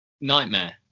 Nightmare